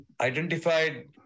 identified